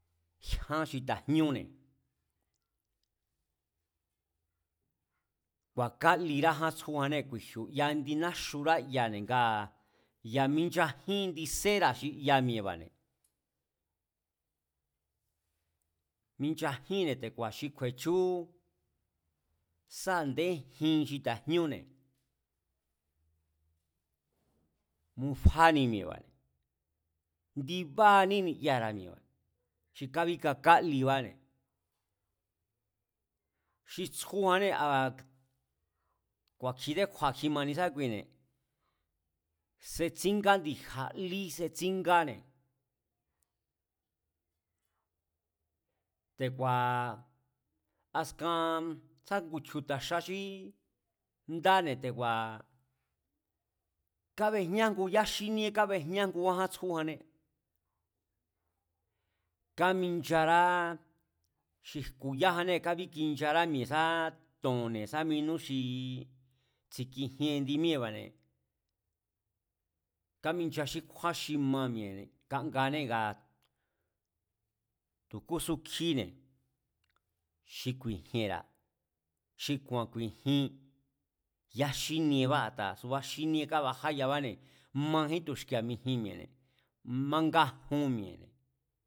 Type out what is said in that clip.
Jyán xi ta̱jñune̱, ku̱a̱ká lirá jan tsjújannée̱ ku̱e̱ji̱u̱, ya indi náxura yane̱ nga ya̱ minchajín ndi séra̱ xi ya mi̱e̱ba̱ne̱ minchajínne̱ te̱ku̱a̱ xi kju̱e̱chúú sá a̱nde jin xi ta̱jñúne̱ mufanine̱, ndibáani mi̱e̱ba̱ne̱, ndibaaní niyara̱ mi̱e̱ne̱, xi kábíkaká libáne̱, xi tsjújanné a̱ ku̱a̱kjidé kju̱a̱ kjimani ne̱esákuine̱, setsíngá ndi̱ja̱ lí setsíngáne̱, te̱ku̱a̱ askan sá ngu chju̱ta̱ xa xíí ndáne̱ te̱ku̱a̱ kábejñá ngu yá xíníé kábejñá ngu ájaán tsjújannée̱, kámincharáá xi jku̱ yájennée̱ kábíkinchará mi̱e̱ sáá to̱nne̱ sá minú xii tsi̱kijien indi míée̱ne̱, kámincha xí kjúán xi ma mi̱e̱ne̱ kangaanée̱ ngaa̱ tu̱ kúsu kjíne̱ xi ku̱i̱ji̱e̱nra̱, xi ku̱a̱n ku̱i̱jin yá xíniebáa̱ a̱ta súba̱ xíníé kábajá yabáne̱, majín tu̱xki̱e̱a̱ mijin mi̱e̱ne̱, mangajun mi̱e̱ne̱